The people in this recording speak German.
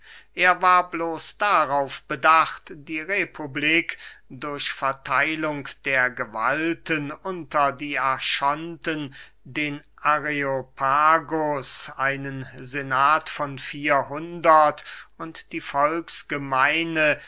er war bloß darauf bedacht die republik durch vertheilung der gewalten unter die archonten den areopagus einen senat von vier hundert und die